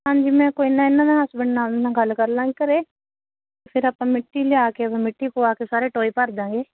ਹਾਂਜੀ ਮੈਂ ਕੋਈ ਨਾ ਇਹਨਾਂ ਨਾਲ ਹਸਬੈਂਡ ਨਾਲ ਗੱਲ ਕਰ ਲਾਂਗੀ ਘਰ ਫਿਰ ਆਪਾਂ ਮਿੱਟੀ ਲਿਆ ਕੇ ਫਿਰ ਮਿੱਟੀ ਪਵਾ ਕੇ ਸਾਰੇ ਟੋਏ ਭਰਦਾਂਗੇ